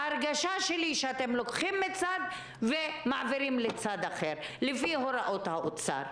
ההרגשה שלי שאתם לוקחים מצד אחד ומעבירים לצד אחר לפי הוראות האוצר.